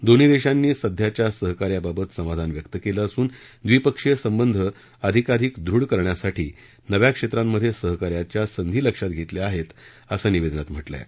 दोन्ही देशांनी सध्याच्या सहकार्याबाबत समाधान व्यक्त केलं असून द्वीपक्षीय संबंध अधिक दूढ करण्यासाठी नव्या क्षेत्रांमधे सहकार्याच्या संधी लक्षात घेतल्या आहेत अशी माहिती निवेदनात दिली आहे